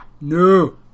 no